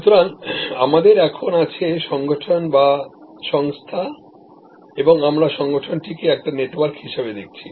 সুতরাং আমাদের এখন আছে সংগঠন বা সংস্থা এবং আমরা সংগঠন টিকে একটি নেটওয়ার্ক হিসাবে দেখছি